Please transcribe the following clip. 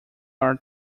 are